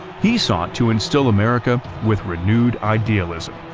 he sought to instil america with renewed idealism,